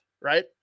right